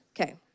Okay